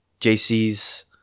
JC's